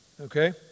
Okay